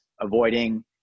avoiding